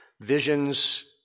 visions